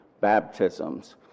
baptisms